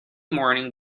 morning